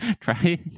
Try